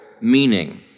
meaning